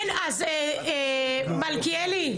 מלכיאלי,